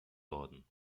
worden